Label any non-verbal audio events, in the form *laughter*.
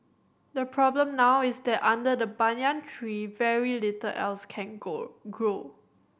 the problem now is that under the banyan tree very little else can *unintelligible* grow